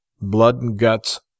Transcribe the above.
blood-and-guts